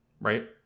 Right